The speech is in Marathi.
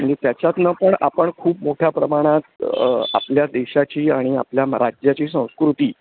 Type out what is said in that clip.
म्हणजे त्याच्यातून पण आपण खूप मोठ्या प्रमाणात आपल्या देशाची आणि आपल्या राज्याची संस्कृती